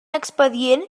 expedient